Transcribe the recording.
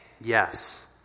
Yes